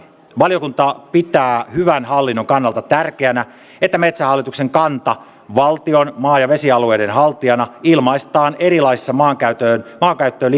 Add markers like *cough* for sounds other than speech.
valiokunta pitää hyvän hallinnon kannalta tärkeänä että metsähallituksen kanta valtion maa ja vesialueiden haltijana ilmaistaan erilaisissa maankäyttöön maankäyttöön *unintelligible*